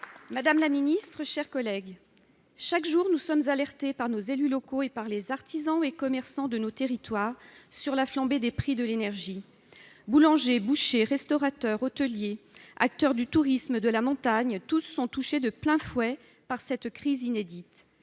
madame la ministre, mes chers collègues, chaque jour, nous sommes alertés par les élus locaux et par les artisans et commerçants de nos territoires sur la flambée des prix de l'énergie. Boulangers, bouchers, restaurateurs, hôteliers, acteurs du tourisme, de la montagne : tous sont touchés de plein fouet par cette crise inédite.